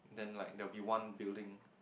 then like there'll be one building